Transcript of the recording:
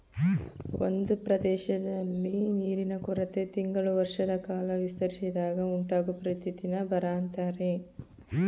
ಒಂದ್ ಪ್ರದೇಶ್ದಲ್ಲಿ ನೀರಿನ ಕೊರತೆ ತಿಂಗಳು ವರ್ಷದಕಾಲ ವಿಸ್ತರಿಸಿದಾಗ ಉಂಟಾಗೊ ಪರಿಸ್ಥಿತಿನ ಬರ ಅಂತಾರೆ